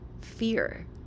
fear